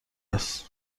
است